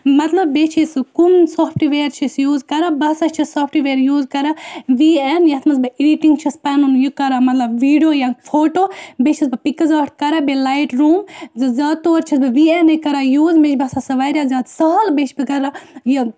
مطلب بیٚیہِ چھِ أسۍ سُہ کُن سافٹہٕ وِیَر چھِ أسۍ یوٗز کَران بہٕ ہَسا چھَس سافٹہٕ وِیَر یوٗز کَران وی اٮ۪ن یَتھ منٛز بہٕ اٮ۪ڈِٹِںٛگ چھَس پَنُن یہِ کَران مطلب ویٖڈیو یا فوٹو بیٚیہِ چھَس بہٕ پِکٕز آرٹ کَران بیٚیہِ لایٹ روٗم یُس زَن زیادٕ طور چھَس بہٕ وی اٮ۪نٕے کَران یوٗز مےٚ چھِ باسان سۄ واریاہ زیادٕ سہل بیٚیہِ چھِ بہٕ کَران یہِ